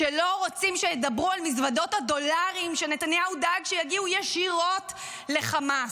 כשלא רוצים שידברו על מזוודות הדולרים שנתניהו דאג שיגיעו ישירות לחמאס?